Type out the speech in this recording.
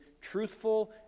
truthful